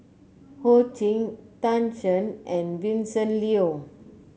Ho Ching Tan Shen and Vincent Leow